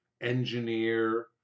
engineer